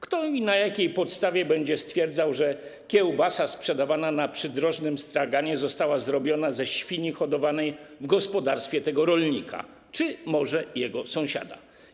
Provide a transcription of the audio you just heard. Kto i na jakiej podstawie będzie stwierdzał, czy kiełbasa sprzedawana na przydrożnym straganie została zrobiona ze świni hodowanej w gospodarstwie tego rolnika czy jego sąsiada?